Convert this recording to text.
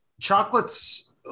Chocolates